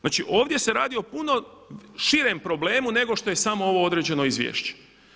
Znači ovdje se radi o puno širem problemu nego što je samo ovo određeno izvješće.